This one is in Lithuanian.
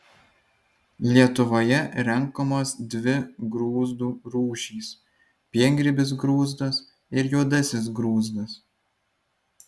lietuvoje renkamos dvi grūzdų rūšys piengrybis grūzdas ir juodasis grūzdas